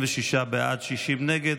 בעד, 60 נגד.